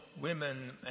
women